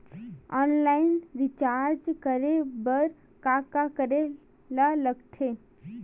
Online recharge करे बर का का करे ल लगथे?